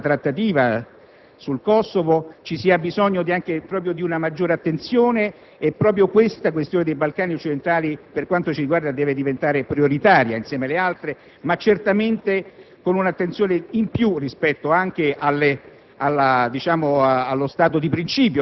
dopo il fallimento della trattativa sul Kosovo, ci sia bisogno di maggiore attenzione e la questione dei Balcani occidentali, per quanto ci riguarda, deve diventare prioritaria insieme ad altre, ma certamente con un'attenzione in più rispetto allo stato